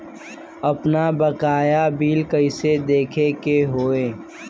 आपन बकाया बिल कइसे देखे के हौ?